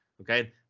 Okay